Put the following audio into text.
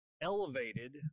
elevated